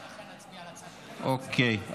אוקיי.